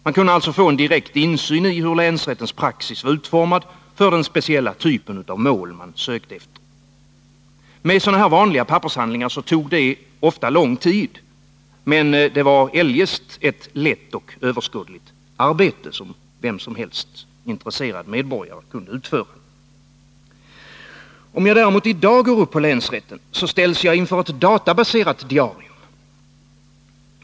Man kunde alltså få en direkt insyn i hur länsrättens praxis var utformad för den speciella typ av mål man sökte efter. Med sådana här vanliga pappershandlingar tog det ofta lång tid, men det var eljest ett lätt och överskådligt arbete, som Nr 126 vilken som helst intresserad medborgare kunde utföra. Om jag däremot i dag går upp på länsrätten ställs jag inför ett databaserat diarium.